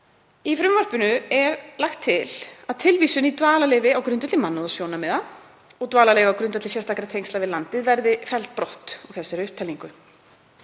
Í frumvarpinu er lagt til að tilvísun í dvalarleyfi á grundvelli mannúðarsjónarmiða og dvalarleyfi á grundvelli sérstakra tengsla við landið verði felld brott úr þessari upptalningu.